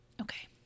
Okay